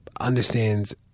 understands